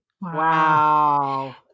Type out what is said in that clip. Wow